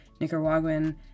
Nicaraguan